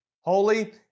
holy